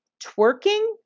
twerking